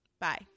bye